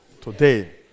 today